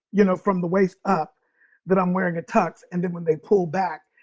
you know, from the waist up that i'm wearing a tux. and then when they pull back,